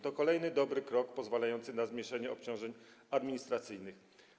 To kolejny dobry krok pozwalający na zmniejszenie obciążeń administracyjnych.